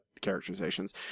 characterizations